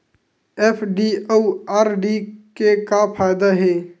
FD अउ RD के का फायदा हे?